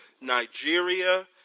Nigeria